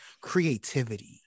creativity